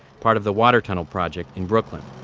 part of the water tunnel project in brooklyn.